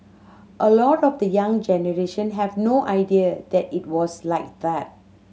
a lot of the young generation have no idea that it was like that